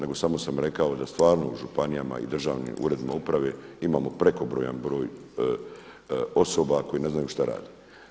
Nego samo sam rekao da stvarno u županijama i državnim uredima uprave imamo prekobrojan broj osoba koji ne znaju što rade.